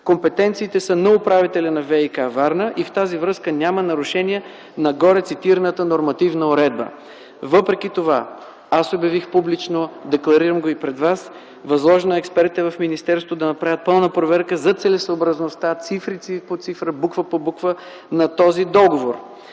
Компетенциите са на управителя на ВиК-Варна, и в тази връзка няма нарушение на горецитираната нормативна уредба. Въпреки това, аз обявих публично, декларирам го и пред вас, възложено е на експертите в министерството да направят пълна проверка за целесъобразността – цифра по цифра, буква по буква, на този договор.